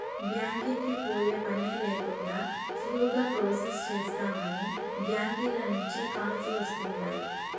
బ్యాంకీకి పోయే పనే లేకండా సులువుగా ప్రొసెస్ చేస్తామని బ్యాంకీల నుంచే కాల్స్ వస్తుండాయ్